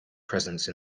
presence